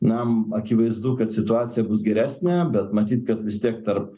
na akivaizdu kad situacija bus geresnė bet matyt kad vis tiek tarp